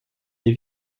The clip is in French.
les